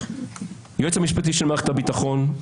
היועץ המשפטי של מערכת הביטחון,